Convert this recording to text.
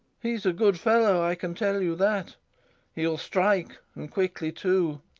he's a good fellow, i can tell you that he'll strike, and quickly too